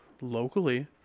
locally